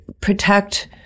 protect